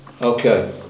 Okay